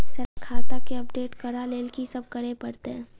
Sir खाता केँ update करऽ लेल की सब करै परतै?